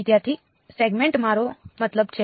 વિદ્યાર્થી સેગમેન્ટ મારો મતલબ છે